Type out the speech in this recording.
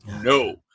no